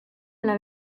ala